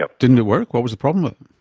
ah didn't it work? what was the problem?